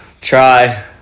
try